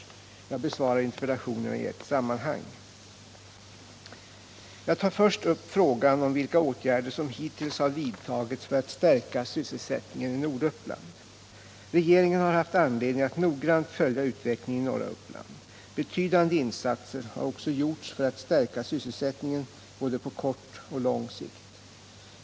Jag besvarar interpellationerna i ett sammanhang. Jag tar först upp frågan om vilka åtgärder som hittills har vidtagits för att stärka sysselsättningen i Norduppland. Regeringen har haft anledning att noggrant följa utvecklingen i norra Uppland. Betydande insatser har också gjorts för att stärka sysselsättningen på både kort och lång sikt.